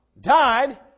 died